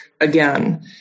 again